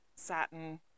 satin